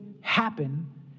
happen